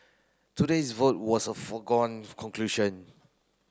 today's vote was a foregone conclusion